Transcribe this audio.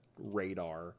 radar